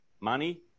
money